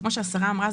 כמו שהשרה אומרה,